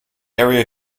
area